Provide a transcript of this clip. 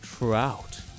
Trout